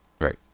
Right